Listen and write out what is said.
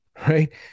right